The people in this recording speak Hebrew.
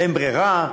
אין ברירה?